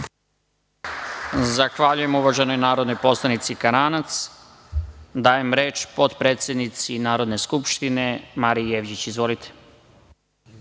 Zahvaljujem uvaženoj narodnoj poslanici Karanac. Dajem reč potpredsednici Narodne skupštine, Mariji Jevđić. Izvolite.